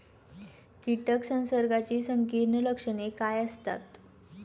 कीटक संसर्गाची संकीर्ण लक्षणे काय असतात?